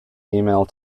email